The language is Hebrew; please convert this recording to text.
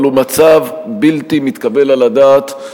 אבל הוא מצב בלתי מתקבל על הדעת,